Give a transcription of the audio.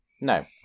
no